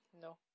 No